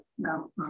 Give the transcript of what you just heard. No